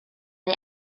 mae